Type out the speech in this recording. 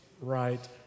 right